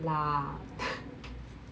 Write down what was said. lah